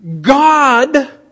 God